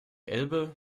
elbe